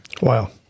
Wow